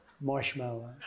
marshmallow